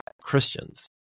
Christians